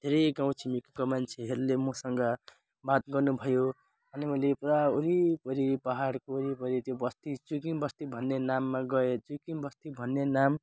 धेरै गाउँ छिमेकीको मान्छेहरूले मसँग बात गर्नु भयो अनि मैले पुरा वरिपरि पहाडको यो भयो त्यो बस्ती चुइकिम बस्ती भन्ने नाममा गएँ चुइकिम बस्ती भन्ने नाम